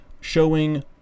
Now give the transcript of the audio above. showing